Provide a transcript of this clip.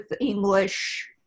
English